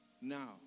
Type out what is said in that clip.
now